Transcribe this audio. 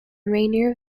rainier